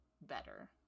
better